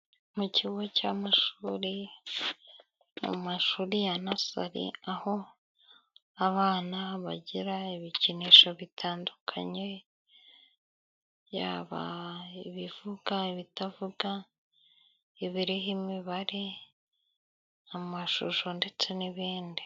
Mu kigo cy'amashuri, mu mashuri ya nasari aho abana bagira ibikinisho bitandukanye, yaba ibivuga ibitavuga ibiriho imibare amashusho ndetse n'ibindi.